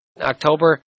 October